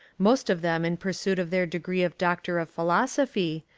most of them in pursuit of their degree of doctor of philosophy,